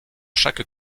chaque